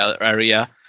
area